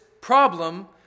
problem